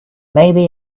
maybe